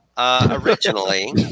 Originally